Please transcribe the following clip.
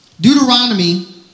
Deuteronomy